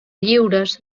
lliures